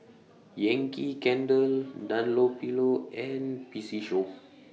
Yankee Candle Dunlopillo and P C Show